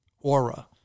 aura